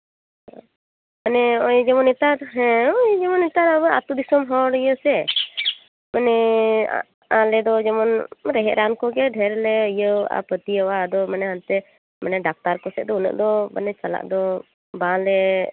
ᱦᱮᱸ ᱦᱚᱸᱜᱼᱚᱭ ᱡᱮᱢᱚᱱ ᱱᱮᱛᱟᱨ ᱟᱛᱳ ᱫᱤᱥᱚᱢ ᱦᱚᱲ ᱤᱭᱟᱹ ᱥᱮ ᱢᱟᱱᱮ ᱟᱞᱮ ᱫᱚ ᱡᱮᱢᱚᱱ ᱨᱮᱦᱮᱫ ᱨᱟᱱ ᱠᱚᱜᱮ ᱰᱷᱮᱨ ᱞᱮ ᱤᱭᱟᱹᱣᱟᱜᱼᱟ ᱯᱟᱹᱛᱭᱟᱹᱣᱟᱜᱼᱟ ᱟᱫᱚ ᱢᱟᱱᱮ ᱰᱟᱠᱛᱟᱨ ᱠᱚᱥᱮᱡ ᱫᱚ ᱩᱱᱟᱹᱜ ᱫᱚ ᱪᱟᱞᱟᱜ ᱫᱚ